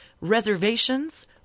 Reservations